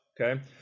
okay